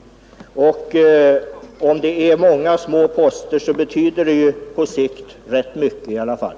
Om det är många poster så betyder det ju på sikt rätt mycket i alla fall.